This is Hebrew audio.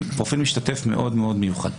פרופיל משתתף מאוד מאוד מיוחד.